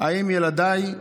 האם ילדיי,